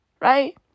right